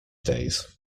days